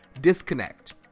disconnect